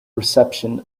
reception